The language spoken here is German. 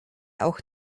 auch